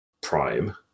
prime